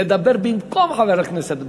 לדבר במקום חבר הכנסת ברכה.